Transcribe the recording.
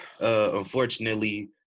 Unfortunately